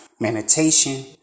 meditation